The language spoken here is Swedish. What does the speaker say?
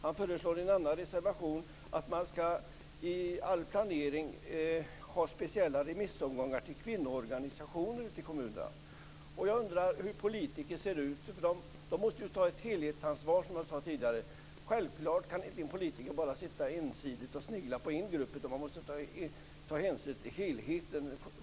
Han föreslår i en annan reservation att man i all planering skall ha speciella remissomgångar till kvinnoorganisationer ute i kommunerna. Politikerna måste ju ta ett helhetsansvar, som jag sade tidigare. En politiker kan inte bara ensidigt snegla på en grupp utan måste självfallet ta hänsyn till helheten.